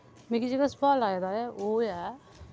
मिगी जेह्का सोआल आए दा ऐ ओह् ऐ